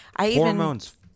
hormones